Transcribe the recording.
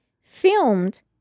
filmed